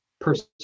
person